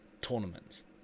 tournaments